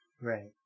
right